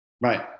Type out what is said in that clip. Right